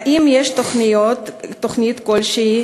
האם יש תוכנית כלשהי